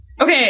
Okay